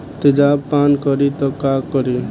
तेजाब पान करी त का करी?